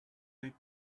take